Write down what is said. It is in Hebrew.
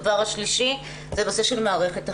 הדבר השלישי זה הנושא של מערכת החינוך.